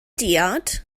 diod